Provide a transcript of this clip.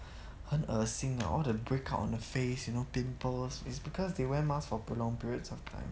很恶心 hor all the breakout on the face you know pimples is because they wear masks for prolonged periods of time